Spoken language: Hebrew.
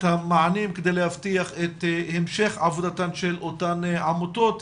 המענים כדי להבטיח את המשך עבודתן של אותן עמותות.